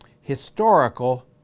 historical